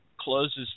closes